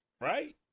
right